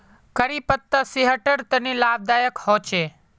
करी पत्ता सेहटर तने लाभदायक होचे